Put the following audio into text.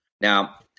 Now